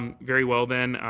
um very well, then.